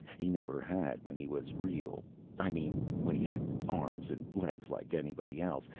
he never had when he was real i mean when he had arms and legs like anybody else.